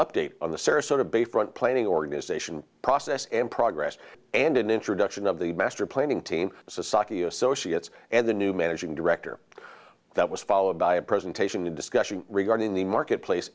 update on the sarasota bayfront planning organization process and progress and an introduction of the master planning team society associates and the new managing director that was followed by a presentation a discussion regarding the marketplace